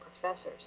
professors